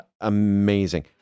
Amazing